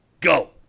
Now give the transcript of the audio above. Go